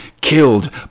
killed